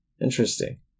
Interesting